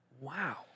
Wow